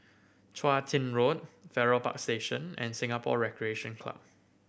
Chun Tin Road Farrer Park Station and Singapore Recreation Club